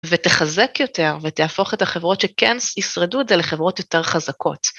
ותחזק יותר, ותהפוך את החברות שכן ישרדו את זה, לחברות יותר חזקות.